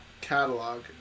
catalog